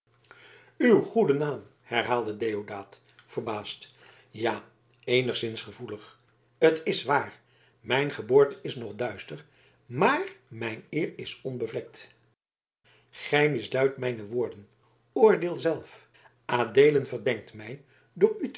uw goede naam herhaalde deodaat verbaasd ja eenigszins gevoelig t is waar mijn geboorte is nog duister maar mijn eer is onbevlekt gij misduidt mijne woorden oordeel zelf adeelen verdenkt mij door